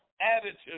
attitude